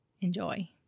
enjoy